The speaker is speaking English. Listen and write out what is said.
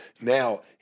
now